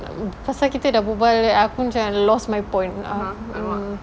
pasal kita dah berbual aku macam lost my point ah mm